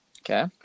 Okay